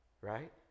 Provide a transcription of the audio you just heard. right